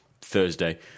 Thursday